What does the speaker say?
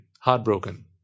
heartbroken